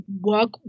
work